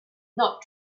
not